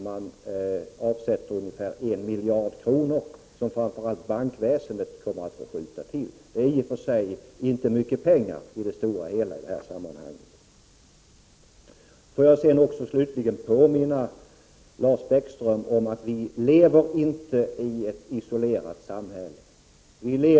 Man avsätter ungefär en miljard kronor, som framför allt bankväsendet kommer att få skjuta till. Det är i och för sig inte mycket pengar i det här sammanhanget. Får jag slutligen påminna Lars Bäckström om att vi inte lever i ett isolerat samhälle.